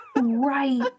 right